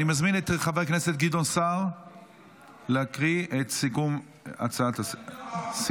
אני מזמין את חבר הכנסת גדעון סער להקריא את סיכום הצעת הסיעות.